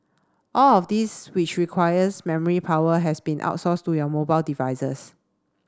all of these which requires memory power has been outsourced to your mobile devices